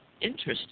interesting